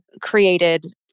created